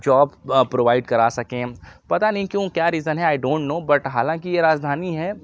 job provide کرا سکیں پتہ نہیں کیوں کیا ریزن ہے آئی ڈونٹ نو بٹ حالانکہ یہ راجدھانی ہے